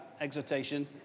exhortation